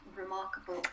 remarkable